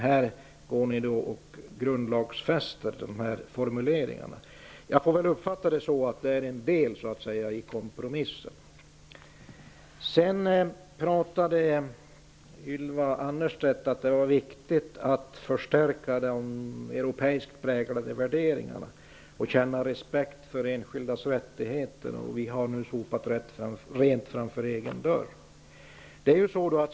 Nu grundlagsfäster ni dessa formuleringar. Jag får väl uppfatta det som att det är en del i kompromissen. Ylva Annerstedt sade att det är viktigt att förstärka de europeiskt präglade värderingarna och känna respekt för enskildas rättigheter. Hon sade att vi nu har sopat rent framför egen dörr.